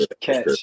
catch